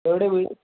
എവിടെയാണ് വീട്